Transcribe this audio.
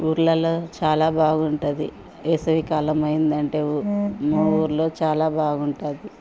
ఊర్లలో చాలా బాగుంటుంది వేసవికాలం అయిందంటే ఊ మా ఊర్లో చాలా బాగుంటుంది